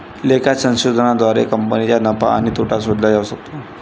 लेखा संशोधनाद्वारे कंपनीचा नफा आणि तोटा शोधला जाऊ शकतो